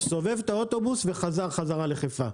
הוא סובב את האוטובוס וחזר לחיפה.